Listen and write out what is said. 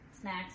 Snacks